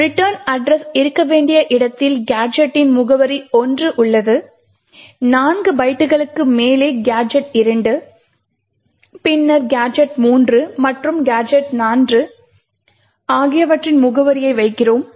return address இருக்க வேண்டிய இடத்தில் கேஜெடின் முகவரி 1 உள்ளது 4 பைட்டுகளுக்கு மேலே கேஜெட் 2 பின்னர் G 3 மற்றும் கேஜெட் 4 ஆகியவற்றின் முகவரியை வைக்கிறோம்